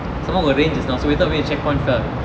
somemore our range is not so we thought maybe the checkpoint fell